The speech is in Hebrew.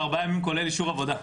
ארבעה ימים כולל אישור עבודה.